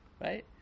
Right